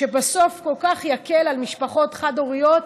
שבסוף כל כך יקל על משפחות חד-הוריות,